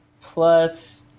plus